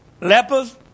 lepers